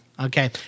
Okay